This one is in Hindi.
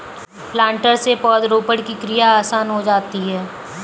प्लांटर से पौधरोपण की क्रिया आसान हो जाती है